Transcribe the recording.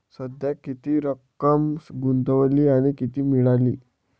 सध्या किती रक्कम गुंतवली आणि किती मिळाली